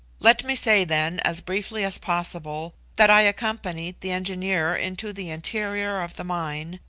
let me say, then, as briefly as possible, that i accompanied the engineer into the interior of the mine,